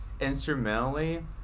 instrumentally